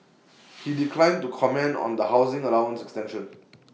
he declined to comment on the housing allowance extension